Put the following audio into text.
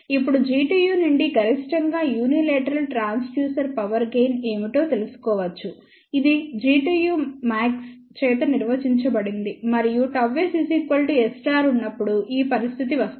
ఇప్పుడు Gtu నుండి గరిష్టంగా యూనీలేటరల్ ట్రాన్స్డ్యూసెర్ పవర్ గెయిన్ ఏమిటో తెలుసుకోవచ్చు ఇది Gtumax చేత నిర్వచించబడింది మరియు Γs S ఉన్నప్పుడు ఈ పరిస్థితి వస్తుంది